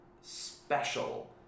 special